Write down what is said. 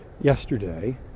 yesterday